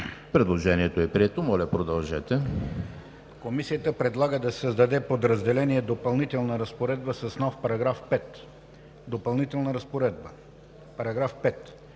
Предложението е прието. Моля, поканете